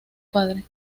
padre